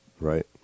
right